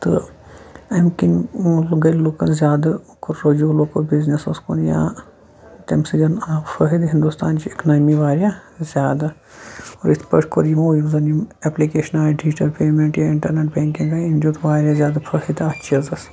تہٕ اَمہِ کِنۍ ٲں گٔے لوٗکَن زیادٕ کوٚر رجوٗع لوٗکو بِزنیٚسَس کُن یا تَمہِ سۭتۍ آو فٲیِدٕ ہنٛدوستانچہِ اِکنوٛامی واریاہ زیادٕ اور یِتھ پٲٹھۍ کوٚر یِمو یِم زَن یِم ایٚپلِکیشنہٕ آیہِ ڈِجٹَل پیمیٚنٛٹ یا اِنٹرنیٚٹ بیٚنٛکِنٛگ آیہِ أمۍ دیٛت واریاہ زیادٕ فٲیِدٕ اَتھ چیٖزَس